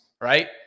right